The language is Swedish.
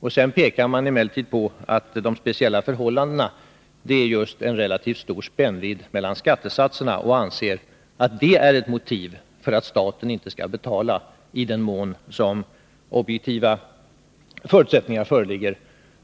Å andra sidan pekar man emellertid på att de speciella förhållandena utgörs av just en relativt stor spännvidd mellan skattesatserna och anser att detta är ett motiv för att staten inte skall betala i den mån det föreligger objektiva förutsättningar